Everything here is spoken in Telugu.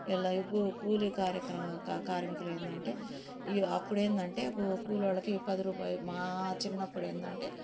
ఎల్లాయికు కూలీ కార్యక్రమాలు కా కార్మికులేందంటే ఈ అప్పుడేందంటే ఓ కూలోలకి పదిరూపాయ మా చిన్నప్పుడేందంటే